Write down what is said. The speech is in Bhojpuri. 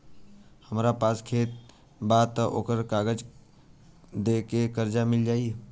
हमरा पास खेत बा त ओकर कागज दे के कर्जा मिल जाई?